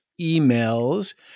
emails